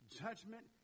judgment